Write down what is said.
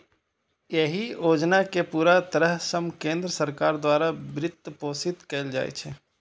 एहि योजना कें पूरा तरह सं केंद्र सरकार द्वारा वित्तपोषित कैल जाइ छै